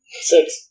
Six